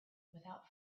without